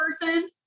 person